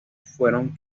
fueron